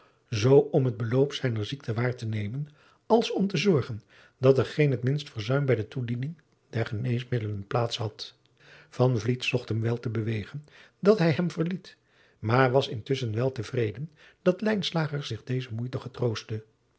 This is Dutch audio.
zoo om het beloop zijner ziekte waar te nemen als om te zorgen dat er geen het minst verzuim bij de toediening der geneesmiddelen plaats had van vliet zocht hem wel te bewegen dat hij hem verliet maar was intusschen wel te vreden dat lijnslager zich deze moeite getroostte